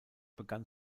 begann